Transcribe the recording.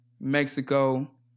Mexico